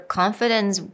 confidence